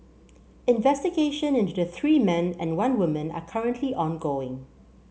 investigation into the three men and one woman are currently ongoing